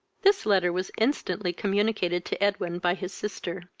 this letter was instantly communicated to edwin by his sister.